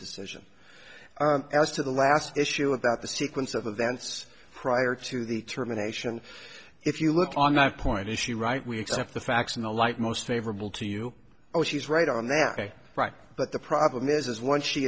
decision as to the last issue about the sequence of events prior to the terminations if you look on my point is she right we accept the facts in the light most favorable to you oh she's right on that right but the problem is once she